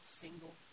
single